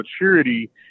maturity